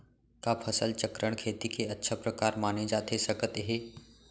का फसल चक्रण, खेती के अच्छा प्रकार माने जाथे सकत हे?